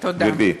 גברתי.